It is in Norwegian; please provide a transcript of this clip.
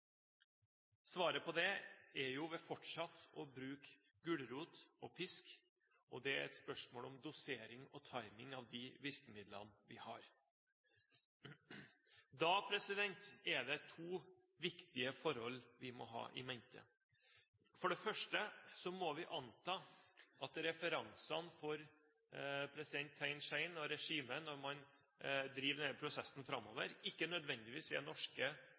Svaret på det er ved fortsatt å bruke gulrot og pisk, og det er et spørsmål om dosering og timing av de virkemidlene vi har. Det er to viktige forhold vi da må ha in mente. For det første må vi anta at referansene for president Thein Sein og regimet når man driver denne prosessen framover, ikke nødvendigvis er norske